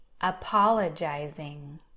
apologizing